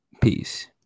Peace